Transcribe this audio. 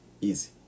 easy